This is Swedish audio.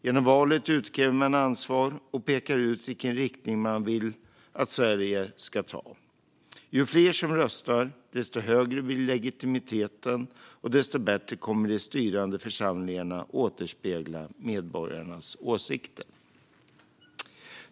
Genom valet utkräver man ansvar och pekar ut vilken riktning man vill att Sverige ta. Ju fler som röstar, desto större blir legitimiteten, och desto bättre kommer de styrande församlingarna att återspegla medborgarnas åsikter.